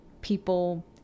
people